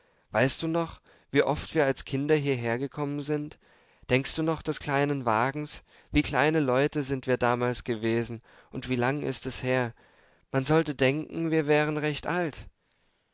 weißt du noch wie oft wir als kinder hierhergekommen sind denkst du noch des kleinen wagens wie kleine leute sind wir damals gewesen und wie lang ist es her man sollte denken wir wären recht alt